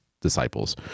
disciples